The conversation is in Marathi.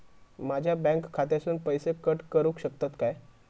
माझ्या बँक खात्यासून पैसे कट करुक शकतात काय?